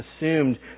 assumed